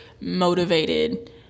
motivated